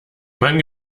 man